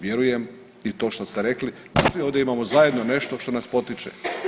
Vjerujem i to što ste rekli, svi ovdje imamo zajedno nešto što nas potiče.